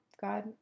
God